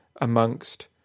amongst